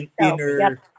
inner